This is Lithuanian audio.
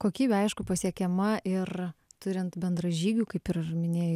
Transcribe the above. kokybė aišku pasiekiama ir turint bendražygių kaip ir minėjai